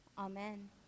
Amen